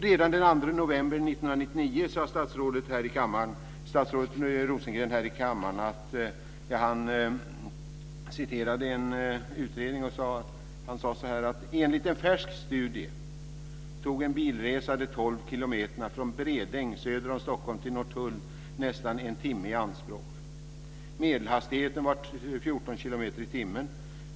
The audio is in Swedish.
Redan den 2 november 1999 citerade statsrådet Rosengren här i kammaren en utredning och sade: "Enligt en färsk studie tog en bilresa de tolv kilometerna från Bredäng söder om Stockholm till Norrtull nästan en timme i anspråk. Medelhastigheten var 14 kilometer i timmen.